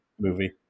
movie